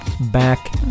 Back